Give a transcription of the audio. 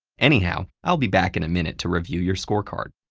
anyhow, i'll be back in a minute to review your scorecard.